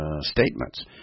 statements